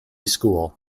school